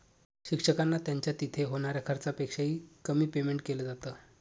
शिक्षकांना त्यांच्या तिथे होणाऱ्या खर्चापेक्षा ही, कमी पेमेंट केलं जात